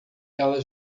ela